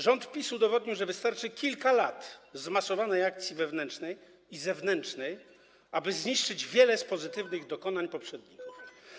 Rząd PiS udowodnił, że wystarczy kilka lat zmasowanej akcji wewnętrznej i zewnętrznej, aby zniszczyć wiele z pozytywnych dokonań poprzedników.